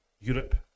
Europe